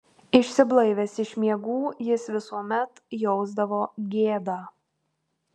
išsiblaivęs iš miegų jis visuomet jausdavo gėdą